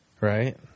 right